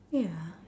ya